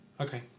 Okay